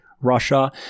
russia